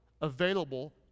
available